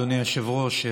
אדוני היושב-ראש,